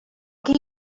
aquí